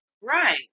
Right